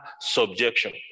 subjection